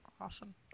Awesome